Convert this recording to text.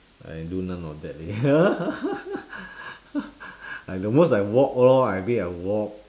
I do none of that leh the most I walk lor I mean I walk